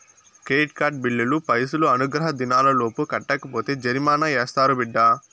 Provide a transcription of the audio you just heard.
credit card బిల్లులు పైసలు అనుగ్రహ దినాలలోపు కట్టకపోతే జరిమానా యాస్తారు బిడ్డా